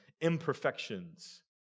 imperfections